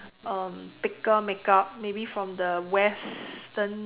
um thicker makeup maybe from the Western